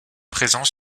présents